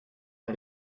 een